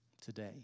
today